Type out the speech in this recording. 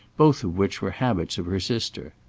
both which were habits of her sister.